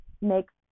makes